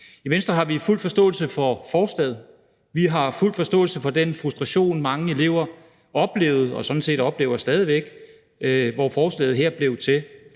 I Venstre har vi fuld forståelse for forslaget. Vi har fuld forståelse for den frustration, mange elever oplevede og sådan set oplever stadig væk, hvorved forslaget her er blevet til.